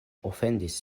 ofendis